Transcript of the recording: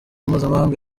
mpuzamahanga